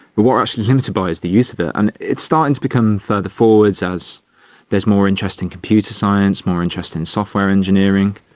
we are actually limited by is the use of it, and it's starting to become further forwards as there's more interesting computer science, more interesting software engineering,